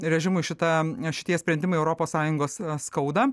režimui šita šitie sprendimai europos sąjungos skauda